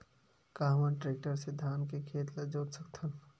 का हमन टेक्टर से धान के खेत ल जोत सकथन?